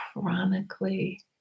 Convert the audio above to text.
chronically